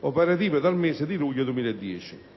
operativo dal mese di luglio 2010.